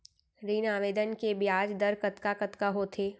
ऋण आवेदन के ब्याज दर कतका कतका होथे?